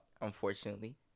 unfortunately